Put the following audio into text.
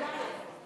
תסגור את המליאה.